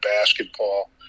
basketball